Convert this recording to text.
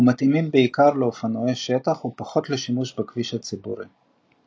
ומתאימים בעיקר לאופנועי שטח ופחות לשימוש בכביש הציבורי.